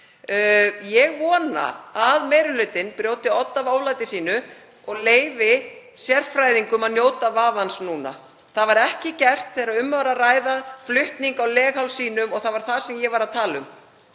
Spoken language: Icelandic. Ég vona að meiri hlutinn brjóti odd af oflæti sínu og leyfi sérfræðingum að njóta vafans núna. Það var ekki gert þegar um var að ræða flutning á leghálssýnum og það var það sem ég var að tala um.